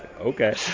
Okay